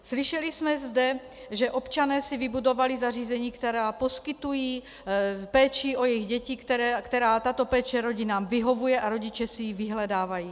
Slyšeli jsme zde, že občané si vybudovali zařízení, která poskytují péči o jejich děti, tato péče rodinám vyhovuje a rodiče si ji vyhledávají.